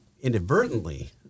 inadvertently